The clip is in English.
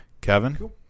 Kevin